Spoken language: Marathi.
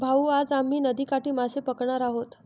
भाऊ, आज आम्ही नदीकाठी मासे पकडणार आहोत